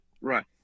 Right